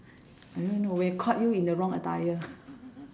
I don't know when caught you in the wrong attire